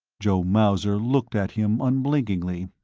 joe mauser looked at him unblinkingly.